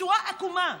בצורה עקומה,